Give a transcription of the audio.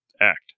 act